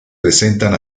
presentan